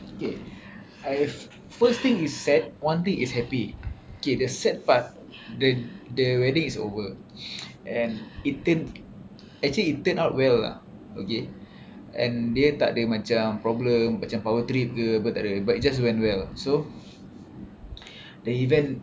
okay I first thing is sad one thing is happy okay the sad part the the wedding is over and it turn actually it turn out well lah okay and dia tak ada macam problem macam power trip ke apa tak ada it just went well so the event